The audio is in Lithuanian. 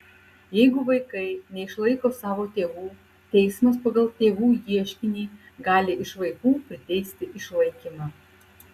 jeigu vaikai neišlaiko savo tėvų teismas pagal tėvų ieškinį gali iš vaikų priteisti išlaikymą